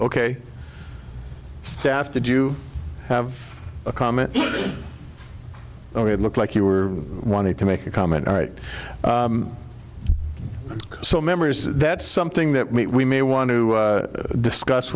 ok staff did you have a comment oh it looked like you were wanting to make a comment all right so memory is that something that we may want to discuss